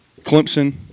Clemson